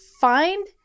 find